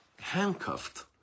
handcuffed